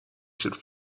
should